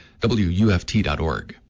wuft.org